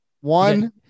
one